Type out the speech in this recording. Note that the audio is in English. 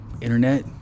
Internet